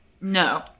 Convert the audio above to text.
No